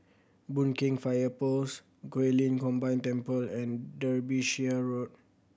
Boon Keng Fire Post Guilin Combined Temple and Derbyshire Road